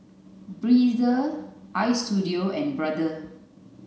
Breezer Istudio and Brother